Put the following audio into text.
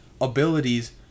abilities